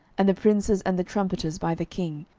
and the princes and the trumpeters by the king,